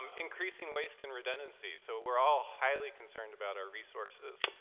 um increasing waste and redundancy, so we're all highly concerned about our resources,